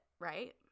right